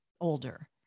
older